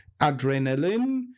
adrenaline